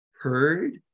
heard